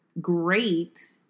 great